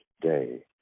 day